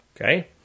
Okay